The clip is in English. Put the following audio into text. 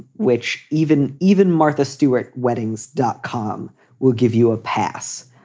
which even even martha stewart weddings dot com will give you a pass,